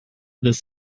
this